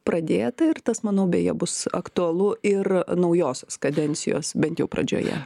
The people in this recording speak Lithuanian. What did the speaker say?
pradėta ir tas manau beje bus aktualu ir naujos skadencijos bent jau pradžioje